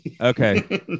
okay